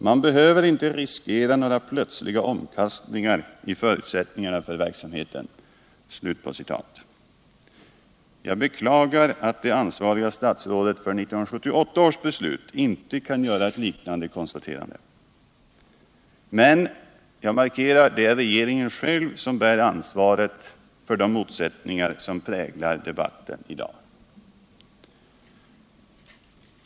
Man behöver inte riskera några plötsliga omkastningar i förutsättningarna för verksamheten.” Jag beklagar att det statsråd som är ansvarigt för 1978 års beslut inte kan göra ett liknande uttalande. Men jag vill markera att det är regeringen själv som bär ansvaret för de motsättningar som präglar debatten i dag.